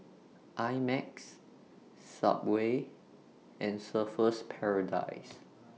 I Max Subway and Surfer's Paradise